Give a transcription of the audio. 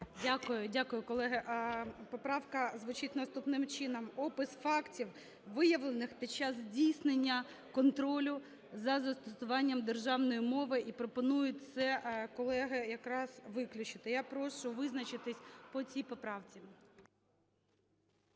Дякую, дякую. Колеги, поправка звучить наступним чином: "опис фактів, виявлених під час здійснення контролю за застосуванням державної мови;". І пропонують це колеги якраз виключити. Я прошу визначитися по цій поправці.